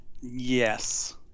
Yes